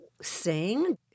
sing